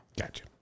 Gotcha